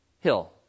hill